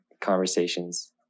conversations